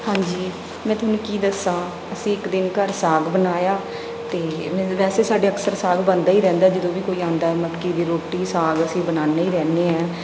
ਹਾਂਜੀ ਮੈਂ ਤੁਹਾਨੂੰ ਕੀ ਦੱਸਾਂ ਅਸੀਂ ਇੱਕ ਦਿਨ ਘਰ ਸਾਗ ਬਣਾਇਆ ਅਤੇ ਮੀਨਜ਼ ਵੈਸੇ ਸਾਡੇ ਅਕਸਰ ਸਾਗ ਬਣਦਾ ਹੀ ਰਹਿੰਦਾ ਜਦੋਂ ਵੀ ਕੋਈ ਆਉਂਦਾ ਮੱਕੀ ਦਾ ਰੋਟੀ ਸਾਗ ਅਸੀਂ ਬਣਾਉਂਦੇ ਹੀ ਰਹਿੰਦੇ ਹੈਂ